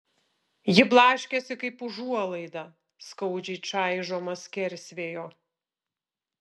ji blaškėsi kaip užuolaida skaudžiai čaižoma skersvėjo